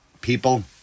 people